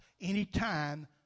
anytime